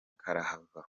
karahava